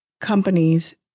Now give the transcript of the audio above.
companies